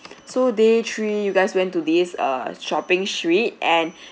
so day three you guys went to this err shopping street and